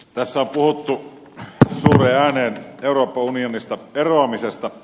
tässä on puhuttu suureen ääneen euroopan unionista eroamisesta